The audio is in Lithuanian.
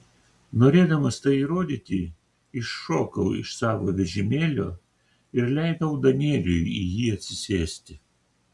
norėdamas tai įrodyti iššokau iš savo vežimėlio ir leidau danieliui į jį atsisėsti